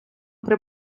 при